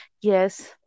Yes